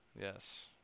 Yes